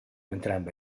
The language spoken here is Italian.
entrambe